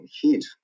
heat